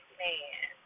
man